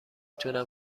تونم